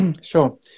Sure